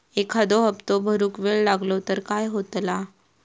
एखादो हप्तो भरुक वेळ लागलो तर काय होतला?